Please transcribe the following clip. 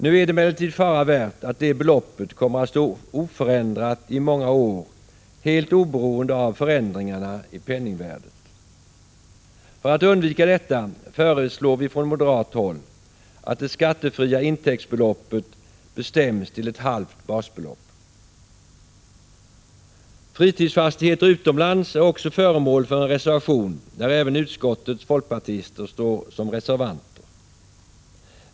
Nu är det emellertid fara värt att det beloppet kommer att stå oförändrat i många år helt oberoende av förändringarna i penningvärdet. För att undvika detta föreslår vi från moderat håll att det skattefria intäktsbeloppet bestäms till ett halvt basbelopp. Fritidsfastigheter utomlands är också föremål för en reservation där även utskottets folkpartister står som reservanter.